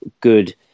good